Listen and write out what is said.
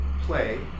play